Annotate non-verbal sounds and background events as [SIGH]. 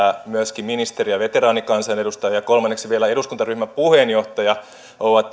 myöskin ministeri ja veteraanikansanedustaja ja vielä eduskuntaryhmän puheenjohtaja ovat [UNINTELLIGIBLE]